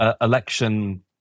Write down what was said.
election